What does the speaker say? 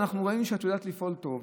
אנחנו ראינו שאת יודעת לפעול טוב,